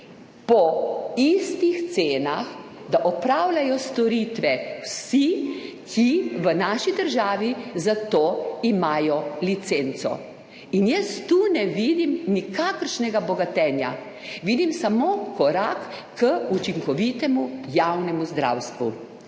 po istih cenah, da opravljajo storitve vsi, ki v naši državi za to imajo licenco, in jaz tu ne vidim nikakršnega bogatenja, vidim samo korak k učinkovitemu javnemu zdravstvu.